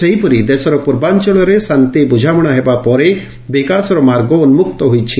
ସେହିପରି ଦେଶର ପୂର୍ବାଞଳରେ ଶାନ୍ତି ବୁଝାମଣା ହେବା ପରେ ବିକାଶର ମାର୍ଗ ଉନ୍ମକ୍ତ ହୋଇଛି